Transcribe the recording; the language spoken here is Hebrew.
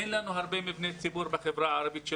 בחברה הערבית אין לנו הרבה מבני ציבור,